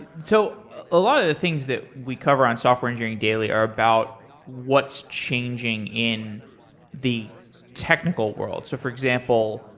so a a lot of the things that we cover on software engineering daily are about what's changing in the technical world. so for example,